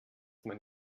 man